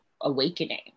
awakening